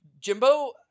Jimbo